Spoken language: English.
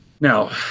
Now